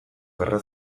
gerra